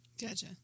Gotcha